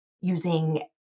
using